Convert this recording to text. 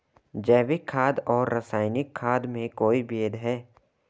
जैविक खाद और रासायनिक खाद में कोई भेद है?